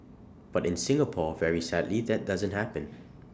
but in Singapore very sadly that doesn't happen